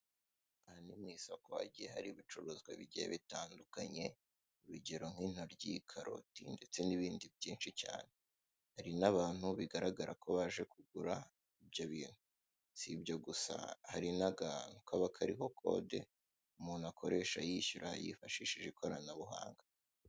Aha ni mu isoko hagiye hari ibicuruzwa bigiye bitandukanye, urugero nk'intoryi, karoti ndetse n'ibindi byinshi cyane; hari n'abantu bigaragara ko baje kugura ibyo bintu. Si ibyo gusa, hari n'akantu kaba kariho kode umuntu akoresha yishyura yifashishije ikoranabuhanga.